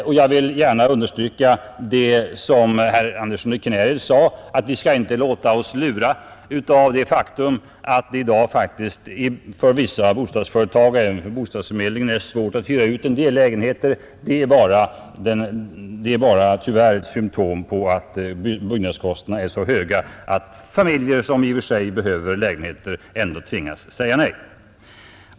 Och jag vill gärha understryka vad herr Andersson i Knäred sade, nämligen att vi skall inte låta lura oss av det faktum att det i dag för vissa av bostadsföretagen och även för bostadsförmedlingen är svårt att hyra ut en del lägenheter. Det är tyvärr bara symtom på att byggnadskostnaderna är så höga att familjer som i och för sig behöver lägenheter ändå tvingas säga nej.